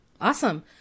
Awesome